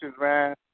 man